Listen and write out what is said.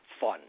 fun